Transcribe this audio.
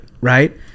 Right